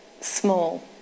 small